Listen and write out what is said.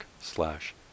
slash